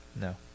no